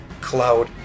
Cloud